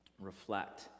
reflect